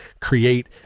create